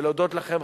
ולהודות לכם,